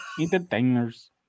Entertainers